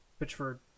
Pitchford